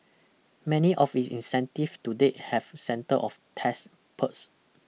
many of its incentives to date have center of tax perks